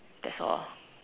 that's all